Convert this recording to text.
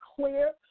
clear